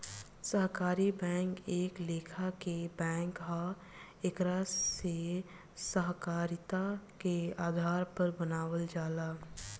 सहकारी बैंक एक लेखा के बैंक ह एकरा के सहकारिता के आधार पर बनावल जाला